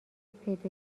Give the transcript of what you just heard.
پیدا